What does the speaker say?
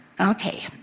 Okay